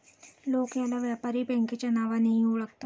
लोक याला व्यापारी बँकेच्या नावानेही ओळखतात